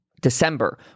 December